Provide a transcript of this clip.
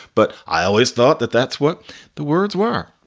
but i always thought that that's what the words were.